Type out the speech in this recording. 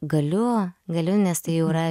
galiu galiu nes tai yra